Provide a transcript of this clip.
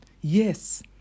Yes